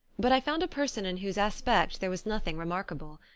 but i found a person in whose aspect there was nothing remarkable.